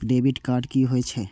Debit card की होय छेय?